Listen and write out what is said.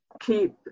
keep